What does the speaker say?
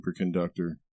superconductor